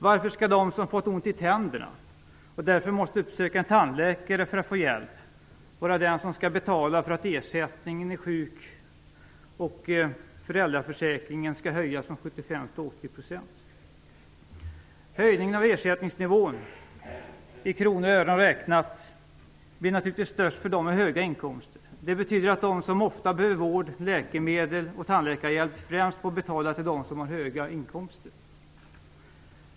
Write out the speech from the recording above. Varför skall de som fått ont i tänderna och måste uppsöka en tandläkare för att få hjälp vara de som skall betala för att ersättningen i sjuk och föräldraförsäkringen skall höjas från 75 till Höjningen av ersättningsnivån i kronor och ören räknat blir naturligtvis störst för dem med höga inkomster. Det betyder att de som ofta behöver vård, läkemedel och tandläkarhjälp främst får betala till dem som har höga inkomster.